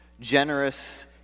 generous